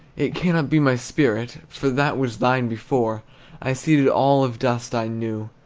it cannot be my spirit, for that was thine before i ceded all of dust i knew,